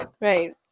Right